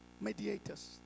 mediators